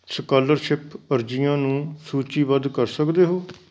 scholarship ਅਰਜ਼ੀਆਂ ਨੂੰ ਸੂਚੀਵੱਧ ਕਰ ਸਕਦੇ ਹੋ